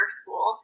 school